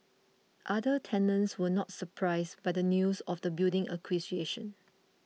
other tenants were not surprised by the news of the building's acquisition